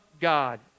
God